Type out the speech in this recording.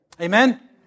Amen